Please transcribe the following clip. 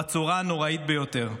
בצורה נוראית ביותר.